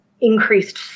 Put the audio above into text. increased